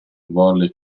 volle